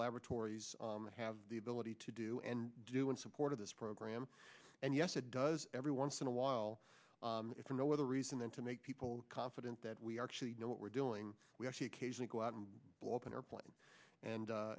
laboratories have the ability to do and do in support of this program and yes it does every once in a while if for no other reason than to make people confident that we are actually know what we're doing we actually occasionally go out and blow up an airplane and